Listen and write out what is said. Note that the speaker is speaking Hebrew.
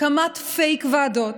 הקמת פייק ועדות,